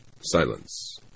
Silence